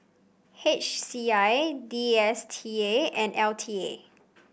H C I D S T A and L T A